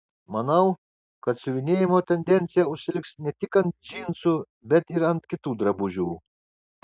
manau kad siuvinėjimo tendencija užsiliks ne tik ant džinsų bet ir ant kitų drabužių